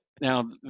Now